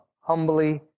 humbly